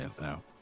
now